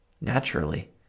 Naturally